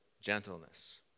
gentleness